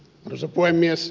arvoisa puhemies